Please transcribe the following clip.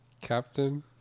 Captain